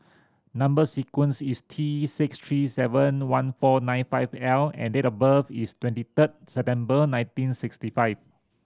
number sequence is T six three seven one four nine five L and date of birth is twenty third September nineteen sixty five